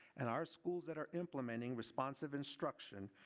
and our schools that are implementing responsive instruction,